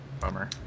bummer